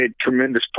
tremendous